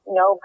no